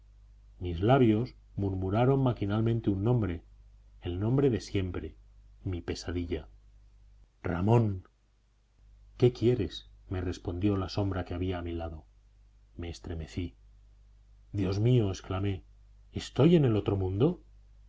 mis labios murmuraron maquinalmente un nombre el nombre de siempre mi pesadilla ramón qué quieres me respondió la sombra que había a mi lado me estremecí dios mío exclamé estoy en el otro mundo